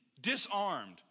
disarmed